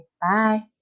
Bye